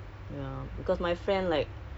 well okay lah actually